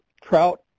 trout